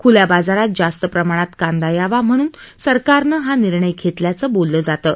खुल्या बाजारात जास्त प्रमाणात कांदा यावा म्हणून सरकारनं हा निर्णय घेतल्याचं बोललं जात आहे